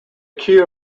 queue